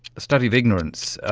the study of ignorance,